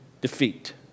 defeat